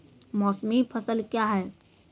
मौसमी फसल क्या हैं?